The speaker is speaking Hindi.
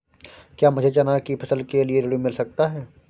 क्या मुझे चना की फसल के लिए ऋण मिल सकता है?